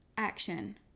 action